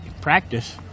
practice